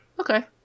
Okay